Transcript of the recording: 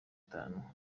itanu